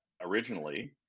originally